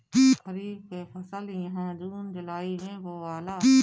खरीफ के फसल इहा जून जुलाई में बोआला